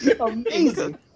Amazing